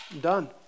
Done